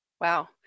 Wow